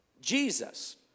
Jesus